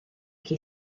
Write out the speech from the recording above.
qui